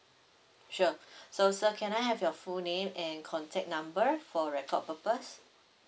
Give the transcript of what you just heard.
sure so sir can I have your full name and contact number for record purpose